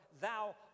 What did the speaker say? Thou